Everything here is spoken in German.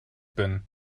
bin